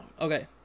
Okay